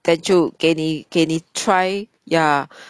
then 就给你个你 try ya